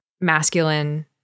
masculine